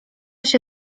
się